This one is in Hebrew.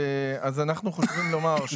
אנו חושבים לומר,